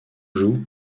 jun